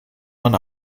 man